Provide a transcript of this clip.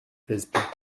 plaisaient